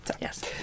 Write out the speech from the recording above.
Yes